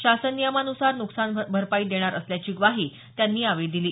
शासन नियमान्सार न्कसान भरपाई देणार असल्याची ग्वाही त्यांनी यावेळी दिली